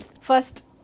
First